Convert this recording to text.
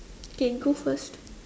can go first